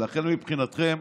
לכן, מבחינתכם,